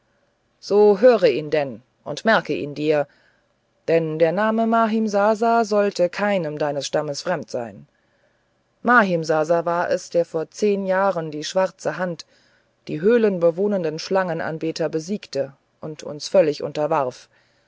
so höre ihn denn und merke ihn dir denn der name mahimsasa sollte keinem deines stammes fremd sein mahimsasa war es ja der vor zehn jahren die schwarze haut die höhlenbewohnenden schlangenanbeter besiegte und uns völlig